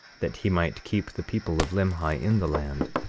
that he might keep the people of limhi in the land,